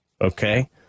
Okay